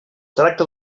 tracta